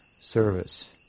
service